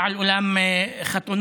בעל אולם חתונות,